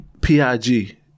P-I-G